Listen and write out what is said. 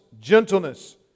gentleness